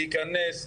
להיכנס,